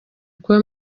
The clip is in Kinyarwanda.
kuba